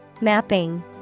Mapping